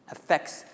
Affects